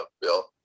Bill